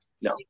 No